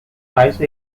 wise